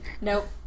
Nope